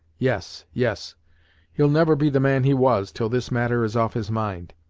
yes yes he'll never be the man he was, till this matter is off his mind,